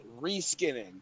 reskinning